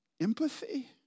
empathy